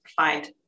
find